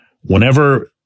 whenever